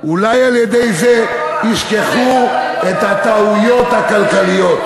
אולי על-ידי זה ישכחו את הטעויות הכלכליות.